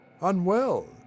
UNWELL